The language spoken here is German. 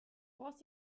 brauchst